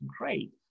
great